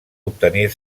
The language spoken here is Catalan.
obtenir